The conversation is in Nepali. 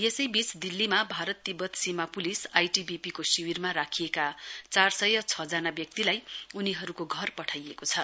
यसैबीच दिल्लीमा भारत तिब्बत सीमा प्लिस आईटीबीपी को शिविरमा राखिएका चार सय छ जना व्यक्तिलाई उनीहरूको घर पठाइएको छ